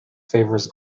favours